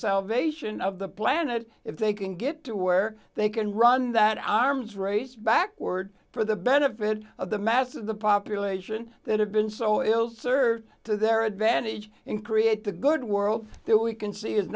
salvation of the planet if they can get to where they can run that arms race backward for the benefit of the mass of the population that have been so ill served to their advantage in create the good world that we can see is